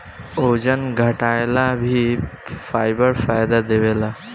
ओजन घटाएला भी फाइबर फायदा देवेला